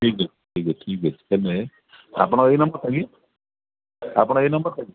ଠିକ୍ ଅଛି ଠିକ୍ ଅଛି ଠିକ୍ ଅଛି ତମେ ଆପଣଙ୍କର ଏଇ ନମ୍ବର୍ଟା କି ଆପଣ ଏଇ ନମ୍ବରଟା କି